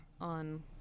on